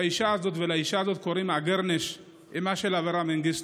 לאישה הזאת קוראים אגרנש, אימא של אברה מנגיסטו.